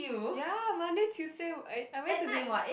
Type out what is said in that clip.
ya Monday Tuesday I I went to the